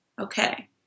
Okay